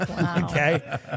Okay